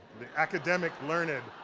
the academic learned.